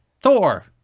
thor